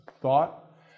thought